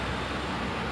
like it's not that bad